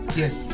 yes